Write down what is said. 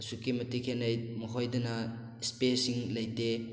ꯑꯁꯨꯛꯀꯤ ꯃꯇꯤꯛ ꯈꯦꯠꯅꯩ ꯃꯈꯣꯏꯗꯅ ꯏꯁꯄꯦꯁꯁꯤꯡ ꯂꯩꯇꯦ